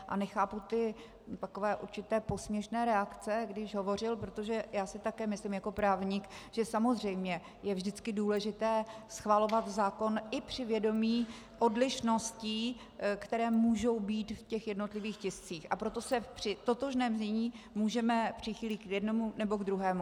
A nechápu ty takové určité posměšné reakce, když hovořil, protože já si také myslím jako právník, že samozřejmě je vždycky důležité schvalovat zákon i při vědomí odlišností, které můžou být v těch jednotlivých tiscích, a proto se při totožném znění můžeme přichýlit k jednomu, nebo k druhému.